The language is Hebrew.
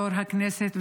יו"ר הכנסת,